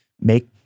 make